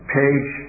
page